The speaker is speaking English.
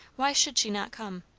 why should she not come?